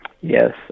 Yes